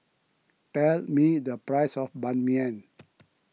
tell me the price of Ban Mian